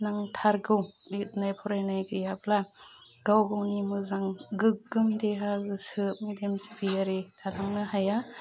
नांथारगौ लिरनाय गैयाब्ला गाव गावनि मोजां गोग्गोम देहा गोसो मेलेम जिबिआरि फाहामनो हाया